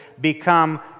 become